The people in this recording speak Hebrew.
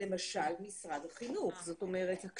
זאת אומרת,